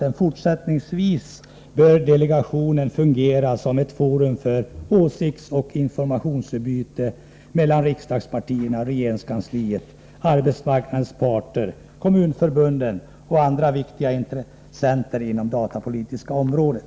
Han anser att delegationen fortsättningsvis bör fungera som ett forum för åsiktsoch informationsutbyte mellan riksdagspartierna, regeringskansliet, arbetsmarknadens parter, kommunförbunden och andra viktiga intressenter inom datapolitikens område.